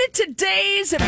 today's